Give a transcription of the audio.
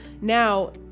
Now